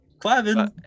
Clavin